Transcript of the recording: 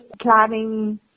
planning